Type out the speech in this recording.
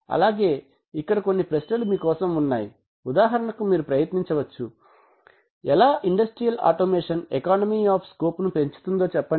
అలాగే ఇక్కడ కొన్ని ప్రశ్నలు మీకోసం ఉన్నాయి ఉదాహరణకు మీరు ప్రయత్నించవచ్చు ఎలా industrial automation economy of scope ను పెంచుతుందో చెప్పండి